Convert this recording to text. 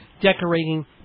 decorating